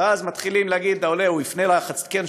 ואז מתחילים להגיד לעולה שהוא יפנה לקרן